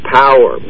power